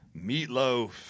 Meatloaf